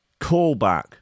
callback